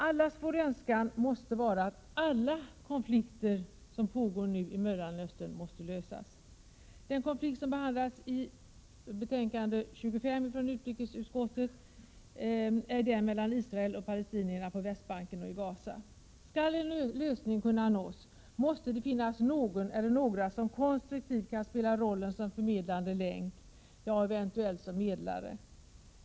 Allas vår önskan måste vara att samtliga konflikter i Mellanöstern löses. I utrikesutskottets betänkande 25 behandlas konflikten mellan Israel och palestinierna på Västbanken och i Gaza. För att en lösning skall kunna 89 uppnås måste någon eller några konstruktivt fungera som förmedlande länk eller rent av som medlare.